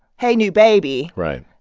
hey, new baby. right.